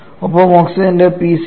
ഒപ്പം ഓക്സിജന്റെ Pcr 5